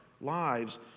lives